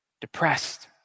depressed